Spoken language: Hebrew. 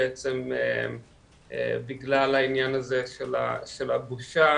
בעצם בגלל העניין הזה של הבושה,